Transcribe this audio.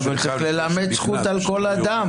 אבל צריך ללמד זכות על כל אדם.